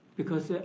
because